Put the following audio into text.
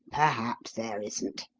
perhaps there isn't.